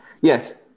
yes